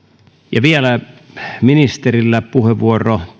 ja vielä on ministerillä puheenvuoro